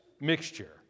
mixture